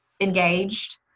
engaged